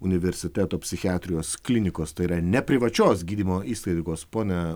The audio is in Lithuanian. universiteto psichiatrijos klinikos tai yra neprivačios gydymo įstaigos pone